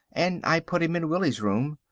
and i put him in willie's room.